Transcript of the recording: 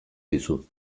dizu